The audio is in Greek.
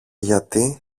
γιατί